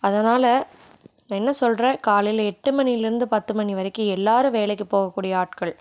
அதனால் இப்போ என்ன சொல்கிறேன் காலையில் எட்டு மணியிலேருந்து பத்து மணி வரைக்கும் எல்லாரும் வேலைக்கு போகக்கூடிய ஆட்கள்